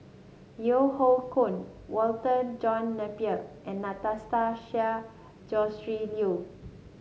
Yeo Hoe Koon Walter John Napier and Anastasia Tjendri Liew